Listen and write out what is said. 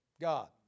God